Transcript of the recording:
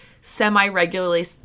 semi-regularly